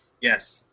yes